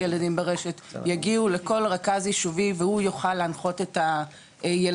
ילדים ברשת יגיעו לכל רכז יישובי והוא יוכל להנחות את הילדים,